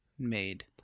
made